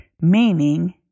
meaning